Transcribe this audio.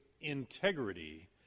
integrity